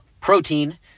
protein